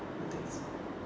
I think so